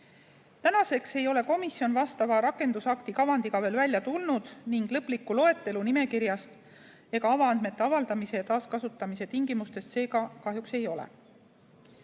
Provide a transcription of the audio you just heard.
Tänaseks ei ole komisjon vastava rakendusakti kavandiga veel välja tulnud ning lõplikku loetelu nimekirjast ega avaandmete avaldamise ja taaskasutamise tingimustest seega kahjuks ei ole.